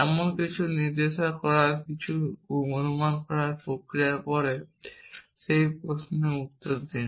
এবং কিছু নির্দেশনা তৈরি করার কিছু অনুমান করার প্রক্রিয়ার পরে সেই প্রশ্নের উত্তর দিন